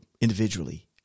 individually